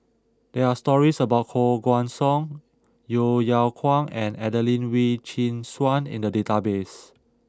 there are stories about Koh Guan Song Yeo Yeow Kwang and Adelene Wee Chin Suan in the database